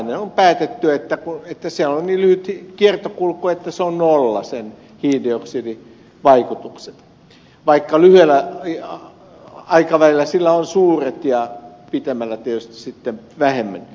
on päätetty että sillä on niin lyhyt kiertokulku että sen hiilidioksidivaikutukset ovat nolla vaikka lyhyellä aikavälillä ne ovat suuret mutta pitemmällä tietysti sitten vähemmän